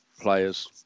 players